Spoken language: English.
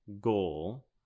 goal